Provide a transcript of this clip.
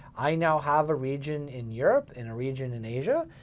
i now have a region in europe and a region in asia.